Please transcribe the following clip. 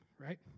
right